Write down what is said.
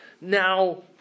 Now